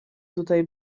tutaj